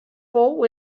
pou